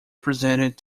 presented